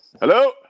Hello